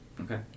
Okay